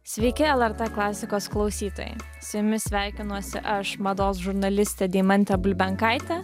sveiki lrt klasikos klausytojai su jumis sveikinuosi aš mados žurnalistė deimantė bulbenkaitė